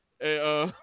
Hey